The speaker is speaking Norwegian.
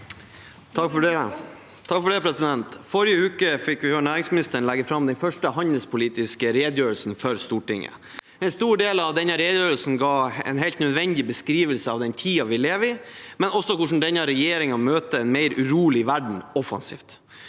(komiteens le- der): Forrige uke fikk vi høre næringsministeren legge fram den første handelspolitiske redegjørelsen for Stortinget. En stor del av denne redegjørelsen ga en helt nødvendig beskrivelse av den tiden vi lever i, men også hvordan denne regjeringen møter en mer urolig verden offensivt.